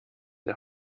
der